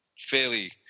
fairly